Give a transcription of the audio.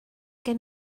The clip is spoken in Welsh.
gen